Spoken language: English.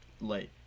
light